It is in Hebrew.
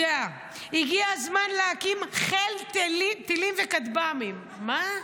הגיע הזמן להקים חיל טילים וכטב"מים" מה?